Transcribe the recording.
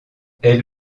elle